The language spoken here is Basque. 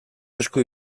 esku